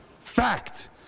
Fact